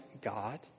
God